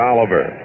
Oliver